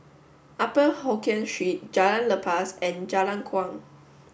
upper Hokkien Street Jalan Lepas and Jalan Kuang